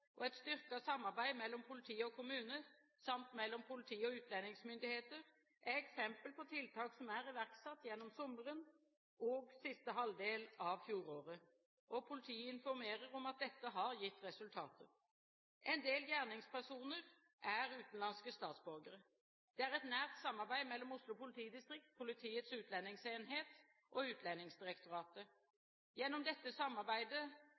og et styrket samarbeid mellom politi og kommune samt mellom politi og utlendingsmyndigheter er eksempler på tiltak som er iverksatt gjennom sommeren og siste halvdel av fjoråret. Politiet informerer om at dette har gitt resultater. En del gjerningspersoner er utenlandske statsborgere. Det er et nært samarbeid mellom Oslo politidistrikt, Politiets utlendingsenhet og Utlendingsdirektoratet. Gjennom dette samarbeidet